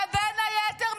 שבין היתר,